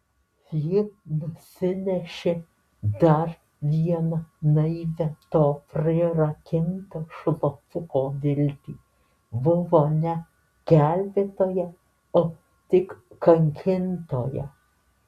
ji nusinešė dar vieną naivią to prirakinto šlapuko viltį buvo ne gelbėtoja o tik kankintoja